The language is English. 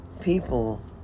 people